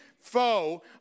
foe